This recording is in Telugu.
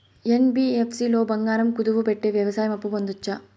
యన్.బి.యఫ్.సి లో బంగారం కుదువు పెట్టి వ్యవసాయ అప్పు పొందొచ్చా?